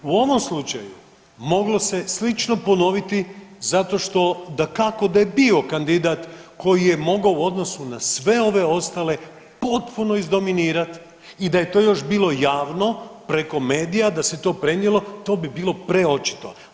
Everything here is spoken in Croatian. U ovom slučaju moglo se slično ponoviti zato što dakako da je bio kandidat koji je mogao u odnosu na sve ove ostale potpuno izdominirat i da je to još bilo javno preko medija da se to prenijelo to bi bilo preočito.